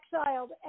exiled